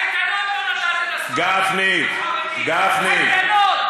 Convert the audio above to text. קייטנות לא נתתם לספרדים החרדים, קייטנות.